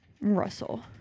Russell